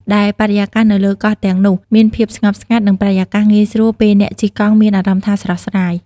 ដែលបរិយាកាសនៅលើកោះទាំងនោះ មានភាពស្ងប់ស្ងាត់ និងបរិសុទ្ធងាយស្រួលពេលអ្នកជិះកង់មានអារម្មណ៍ថាស្រស់ស្រាយ។